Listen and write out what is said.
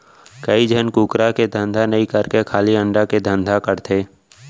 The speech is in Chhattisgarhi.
कइ झन कुकरा के धंधा नई करके खाली अंडा के धंधा करथे